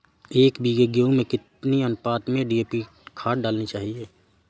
एक बीघे गेहूँ में कितनी अनुपात में डी.ए.पी खाद डालनी चाहिए?